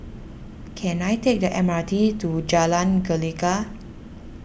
can I take the M R T to Jalan Gelegar